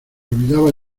olvidaba